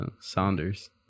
Saunders